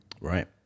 Right